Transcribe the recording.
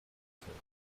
service